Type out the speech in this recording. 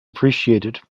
appreciated